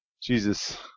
Jesus